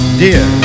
dear